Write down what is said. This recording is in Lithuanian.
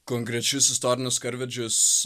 konkrečius istorinius karvedžius